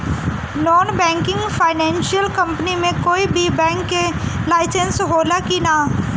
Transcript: Non banking financial company मे कोई भी बैंक के लाइसेन्स हो ला कि ना?